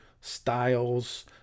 styles